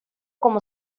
como